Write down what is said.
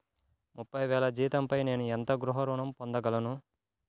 ముప్పై వేల జీతంపై నేను ఎంత గృహ ఋణం పొందగలను?